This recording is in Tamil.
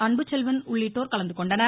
அன்புச் செல்வன் உள்ளிட்டோர் கலந்துகொண்டனர்